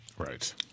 Right